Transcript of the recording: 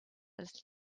als